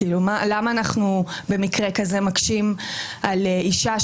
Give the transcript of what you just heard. למה במקרה כזה אנחנו מקשים על אישה,